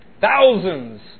Thousands